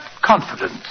confidence